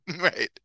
Right